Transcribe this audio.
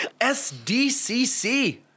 SDCC